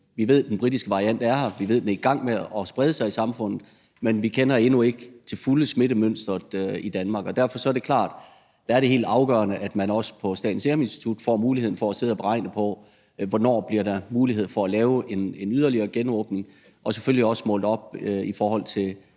Vi ved, at den britiske variant er her, vi ved, den er i gang med at sprede sig i samfundet, men vi kender endnu ikke det fulde smittemønster i Danmark. Derfor er det klart, at det er helt afgørende, at man også på Statens Seruminstitut får muligheden for at sidde og regne på, hvornår der bliver mulighed for at lave en yderligere genåbning, og selvfølgelig også få målt op i forhold til